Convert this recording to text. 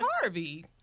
harvey